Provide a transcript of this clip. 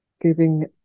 giving